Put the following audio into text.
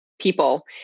people